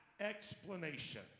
explanation